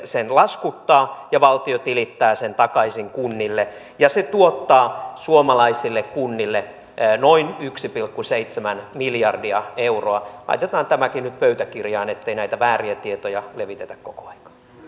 sen laskuttaa ja valtio tilittää sen takaisin kunnille se tuottaa suomalaisille kunnille noin yksi pilkku seitsemän miljardia euroa laitetaan tämäkin nyt pöytäkirjaan ettei näitä vääriä tietoja levitetä koko ajan